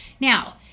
Now